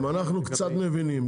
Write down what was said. גם אנחנו קצת מבינים,